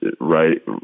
right